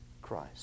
Christ